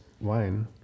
wine